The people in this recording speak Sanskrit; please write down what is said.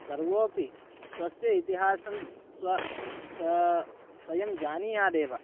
सर्वोपि स्वस्य इतिहासं स्व स्वा स्वयं जानीयादेव